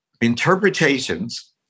interpretations